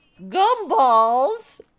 gumballs